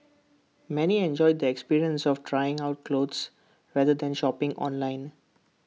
many enjoyed the experience of trying on clothes rather than shopping online